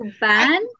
Ban